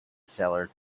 seller